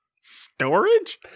Storage